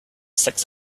six